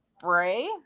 Bray